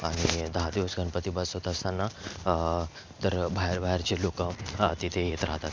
आणि दहा दिवस गणपती बसवत असताना तर बाहेर बाहेरचे लोकं हां तेथे येत राहतात